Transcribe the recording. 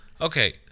Okay